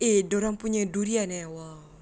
eh dorangnya durian eh !wah!